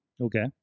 Okay